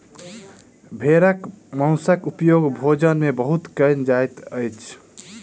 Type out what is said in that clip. भेड़क मौंसक उपयोग भोजन में बहुत कयल जाइत अछि